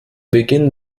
beginn